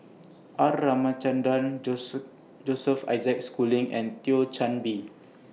R Ramachandran Joseph Isaac Schooling and Thio Chan Bee